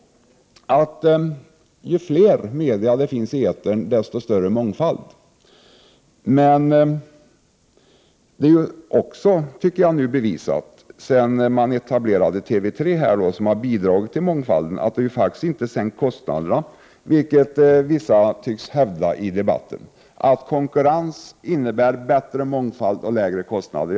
Ju fler media som finns i etern desto större mångfald. Men jag tycker det nu är bevisat — sedan TV 3 etablerats och bidragit till mångfalden — att detta faktiskt inte sänkt kostnaderna. Somliga tycks ju hävda i debatten att konkurrens innebär bättre mångfald och lägre kostnader.